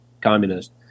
communist